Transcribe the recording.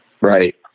Right